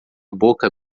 boca